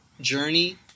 journey